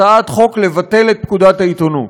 הצעת חוק לבטל את פקודת העיתונות.